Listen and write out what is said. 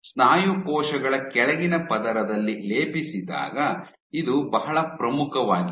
ಸ್ನಾಯು ಕೋಶಗಳ ಕೆಳಗಿನ ಪದರದಲ್ಲಿ ಲೇಪಿಸಿದಾಗ ಇದು ಬಹಳ ಪ್ರಮುಖವಾಗಿತ್ತು